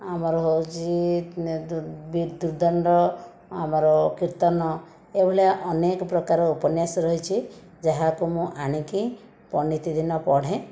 ଆମର ହେଉଛି କୀର୍ତ୍ତନ ଏଇଭଳିଆ ଅନେକ ପ୍ରକାର ଉପନ୍ୟାସ ରହିଛି ଯାହାକୁ ମୁଁ ଆଣିକି ନୀତିଦିନ ପଢ଼େ